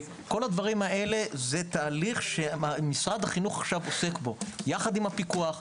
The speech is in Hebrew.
כל הדברים האלה זה תהליך שמשרד החינוך עכשיו עוסק בו יחד עם הפיקוח,